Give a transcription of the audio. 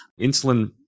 insulin